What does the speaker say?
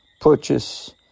purchase